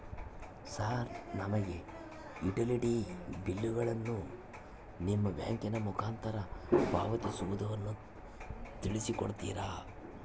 Sir ನಮಗೆ ಈ utility ಬಿಲ್ಲುಗಳನ್ನು ನಿಮ್ಮ ಬ್ಯಾಂಕಿನ ಮುಖಾಂತರ ಪಾವತಿಸುವುದನ್ನು ತಿಳಿಸಿ ಕೊಡ್ತೇರಾ?